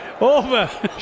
over